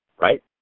right